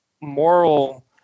moral